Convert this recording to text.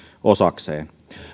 osakseen